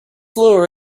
lower